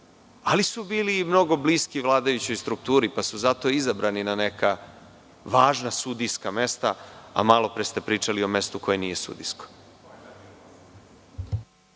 ali su bili mnogo bliski vladajućoj strukturi, pa su zato izabrani na neka važna sudijska mesta, a malopre ste pričali o mestu koje nije sudijsko.